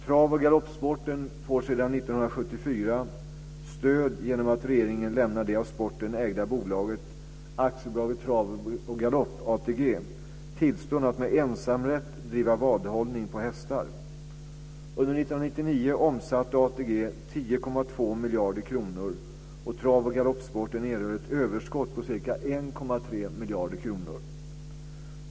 Trav och galoppsporten får sedan 1974 stöd genom att regeringen lämnar det av sporten ägda bolaget AB Trav och miljarder kronor, och trav och galoppsporten erhöll ett överskott på ca 1,3 miljarder kronor.